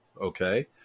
okay